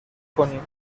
کنیم